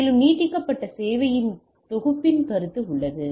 மேலும் நீட்டிக்கப்பட்ட சேவை தொகுப்பின் கருத்து உள்ளது